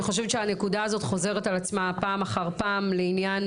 אני חושבת שנקודה הזו חוזרת פעם אחר פעם לעניין